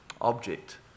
object